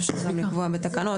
אפשר גם לקבוע בתקנות.